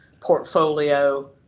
portfolio